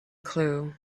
clue